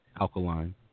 Alkaline